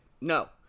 no